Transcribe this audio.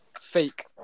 fake